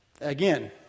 Again